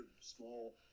small